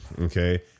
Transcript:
okay